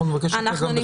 אנחנו נבקש את זה גם בכתב.